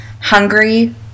hungry